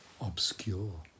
obscure